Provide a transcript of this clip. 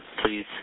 please